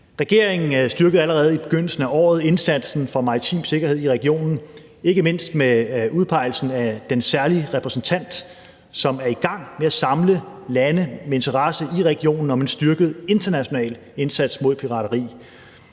Regeringen styrkede allerede i begyndelsen af året indsatsen for maritim sikkerhed i regionen, ikke mindst med udpegelsen af den særlige repræsentant, som er i gang med at samle lande med interesse i regionen om en styrket internationale indsats mod pirateri.